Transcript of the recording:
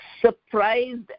surprised